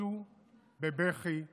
ופרצו בבכי מר.